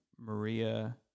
Maria